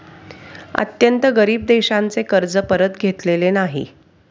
अत्यंत गरीब देशांचे कर्ज परत घेतलेले नाही